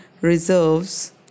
reserves